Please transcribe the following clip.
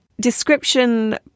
description